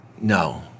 no